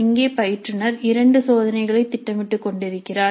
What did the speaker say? இங்கே பயிற்றுநர் இரண்டு சோதனைகளை திட்டமிட்டு கொண்டிருக்கிறார்